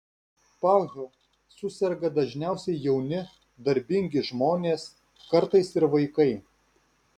pah suserga dažniausiai jauni darbingi žmonės kartais ir vaikai